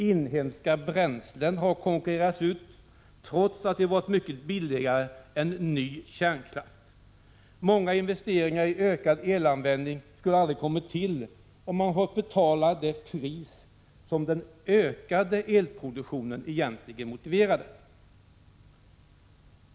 Inhemska bränslen har konkurrerats ut, trots att de hade varit mycket billigare än ny kärnkraft. Många investeringar i ökad elanvändning skulle aldrig ha kommit till stånd, om man hade fått betala det pris som den ökade elproduktionen egentligen motiverade.